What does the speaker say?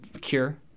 cure